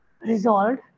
resolved